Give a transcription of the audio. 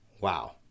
Wow